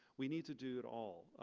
we need to do it all.